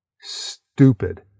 stupid